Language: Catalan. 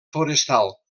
forestal